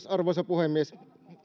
arvoisa puhemies